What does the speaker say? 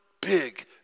big